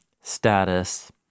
status